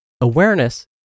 Awareness